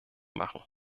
machen